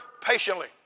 patiently